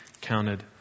counted